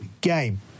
game